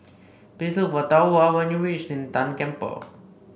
please look for Thorwald when you reach Lin Tan Temple